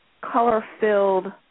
color-filled